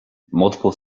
multiple